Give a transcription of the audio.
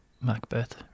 Macbeth